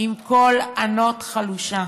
עם קול ענות חלושה.